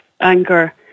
anger